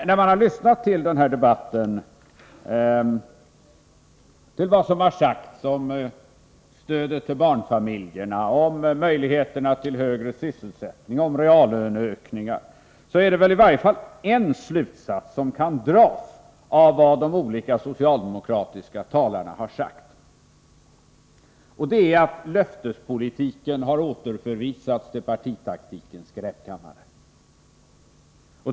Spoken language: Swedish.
Efter att ha lyssnat till vad de socialdemokratiska talarna har sagt i den här debatten om stödet till barnfamiljerna, om möjligheterna till högre sysselsättning och om reallöneökningar, så kan man i alla fall dra en slutsats: löftespolitiken har återförvisats till partitaktikens skräpkammare.